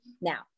now